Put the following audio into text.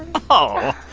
oh.